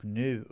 nu